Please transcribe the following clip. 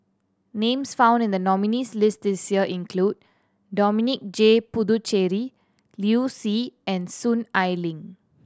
names found in the nominees' list this year include Dominic J Puthucheary Liu Si and Soon Ai Ling